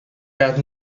gaat